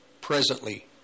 presently